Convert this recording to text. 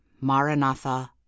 maranatha